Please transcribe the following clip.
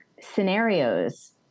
scenarios